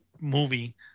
movie